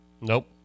Nope